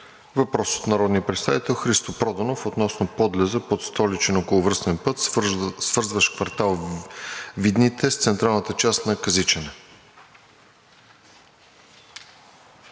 Въпрос от народния представител Христо Проданов относно подлеза под столичен околовръстен път, свързващ квартал „Видните“ с централната част на Казичене.